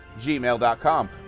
gmail.com